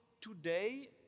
today